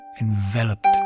enveloped